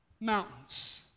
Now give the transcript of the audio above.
mountains